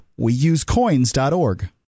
Weusecoins.org